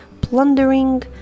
plundering